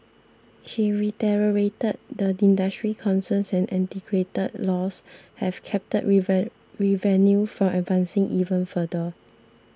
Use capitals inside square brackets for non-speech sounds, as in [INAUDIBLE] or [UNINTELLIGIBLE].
he reiterated the industry's concerns that antiquated laws have capped [UNINTELLIGIBLE] revenue from advancing even further